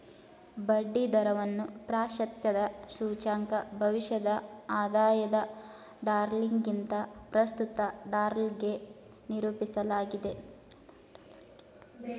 ಬಡ್ಡಿ ದರವನ್ನ ಪ್ರಾಶಸ್ತ್ಯದ ಸೂಚ್ಯಂಕ ಭವಿಷ್ಯದ ಆದಾಯದ ಡಾಲರ್ಗಿಂತ ಪ್ರಸ್ತುತ ಡಾಲರ್ಗೆ ನಿರೂಪಿಸಲಾಗಿದೆ